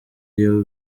iyo